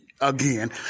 again